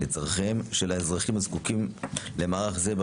לצרכיהם של האזרחים הזקוקים למערך זה,